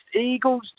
Eagles